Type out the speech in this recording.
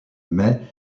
mais